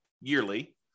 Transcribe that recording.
yearly